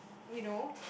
you know